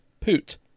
Poot